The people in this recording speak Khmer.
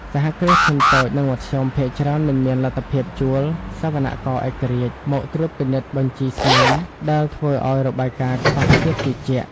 សហគ្រាសធុនតូច និងមធ្យម ភាគច្រើនមិនមានលទ្ធភាពជួល "សវនករឯករាជ្យ" មកត្រួតពិនិត្យបញ្ជីស្នាម ដែលធ្វើឱ្យរបាយការណ៍ខ្វះភាពជឿជាក់។